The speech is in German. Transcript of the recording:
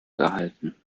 gehalten